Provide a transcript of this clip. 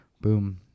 boom